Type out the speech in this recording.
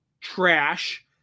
trash